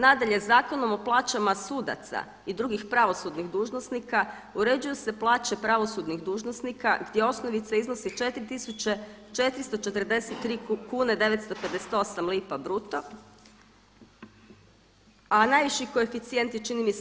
Nadalje, Zakonom o plaćama sudaca i drugih pravosudnih dužnosnika uređuju se plaće pravosudnih dužnosnika gdje osnovica iznosi 4443,958 lipa bruto a najviši koeficijent je čini mi se